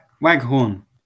Waghorn